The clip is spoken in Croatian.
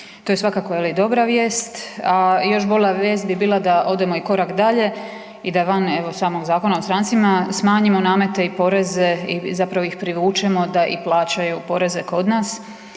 To je svakako je li, dobra vijest, a još bolja vijest bi bila da odemo i korak dalje i da van evo, samog Zakona o strancima smanjimo namete i poreze i zapravo ih privučemo da i plaćaju poreze kod nas,